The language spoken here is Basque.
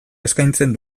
eskaintzen